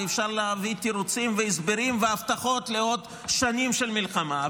ואפשר להביא תירוצים והסברים והבטחות לעוד שנים של מלחמה,